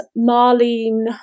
Marlene